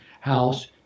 house